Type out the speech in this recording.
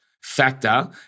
factor